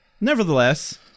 nevertheless